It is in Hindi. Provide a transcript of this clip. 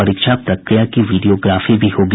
परीक्षा प्रक्रिया की वीडियोग्राफी भी होगी